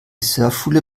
surfschule